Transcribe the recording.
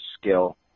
skill